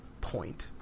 point